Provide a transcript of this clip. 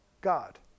God